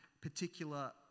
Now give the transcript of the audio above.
particular